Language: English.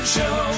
Show